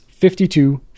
52